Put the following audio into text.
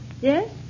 Yes